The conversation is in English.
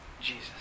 Jesus